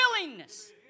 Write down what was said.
willingness